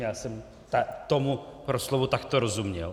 Já jsem tomu proslovu takto rozuměl.